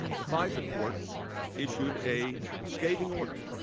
the pfizer court issued a scathing order